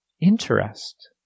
interest